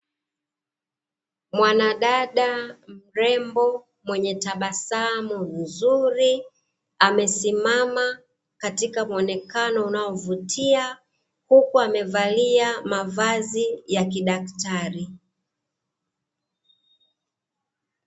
Mwanadada mrembo mwenye tabasamu zuri, amesimama katika muonekano unaovutia, huku amevalia mavazi ya kidaktari.